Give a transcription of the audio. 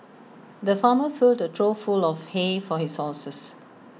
the farmer filled A trough full of hay for his horses